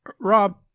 Rob